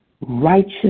righteous